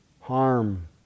harm